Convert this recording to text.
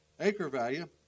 AcreValue